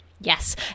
Yes